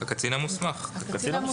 הקצין המוסמך.